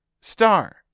Star